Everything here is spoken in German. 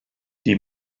die